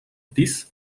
these